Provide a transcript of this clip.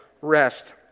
rest